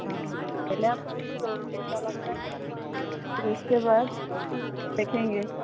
हाँ हाँ पहले आप खुद लो कैसा लगता है फिर उसके बाद देखेंगे